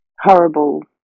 horrible